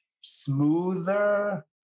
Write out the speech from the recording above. smoother